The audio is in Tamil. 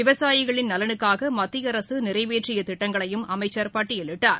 விவசாயிகளின் நலனுக்காக மத்திய அரசு நிறைவேற்றிய திட்டங்களையும் அமைச்சர் பட்டியலிட்டார்